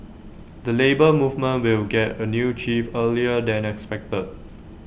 the Labour Movement will get A new chief earlier than expected